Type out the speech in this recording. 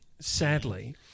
sadly